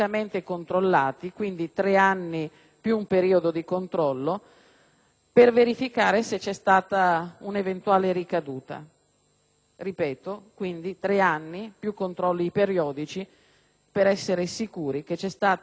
per verificare se vi è stata un'eventuale ricaduta. Ripeto, tre anni più controlli periodici, per essere sicuri che realmente vi è stata una modificazione dei comportamenti.